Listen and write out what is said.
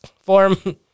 form